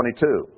22